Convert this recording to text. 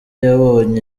yabonye